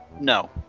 No